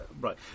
right